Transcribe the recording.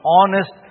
honest